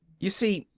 you see,